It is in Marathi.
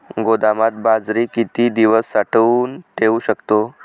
गोदामात बाजरी किती दिवस साठवून ठेवू शकतो?